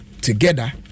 together